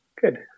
Good